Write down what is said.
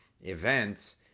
events